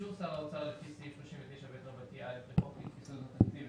באישור שר האוצר לפי סעיף 39ב(א) לחוק יסודות התקציב,